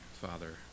Father